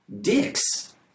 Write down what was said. dicks